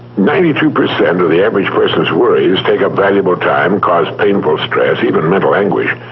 ninety two percent of the average person's worries take up valuable time, cause painful stress, even mental anguish,